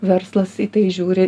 verslas į tai žiūri